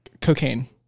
Cocaine